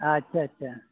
ᱟᱪᱪᱷᱟ ᱟᱪᱪᱷᱟ